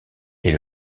est